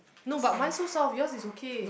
no but mine so soft yours is okay